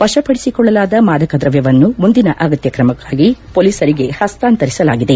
ವಶಪಡಿಸಿಕೊಳ್ಳಲಾದ ಮಾದಕ ದ್ರವ್ಯವನ್ನು ಮುಂದಿನ ಅಗತ್ಯ ಕ್ರಮಕ್ಕಾಗಿ ಪೊಲೀಸರಿಗೆ ಹಸ್ತಾಂತರಿಸಲಾಗಿದೆ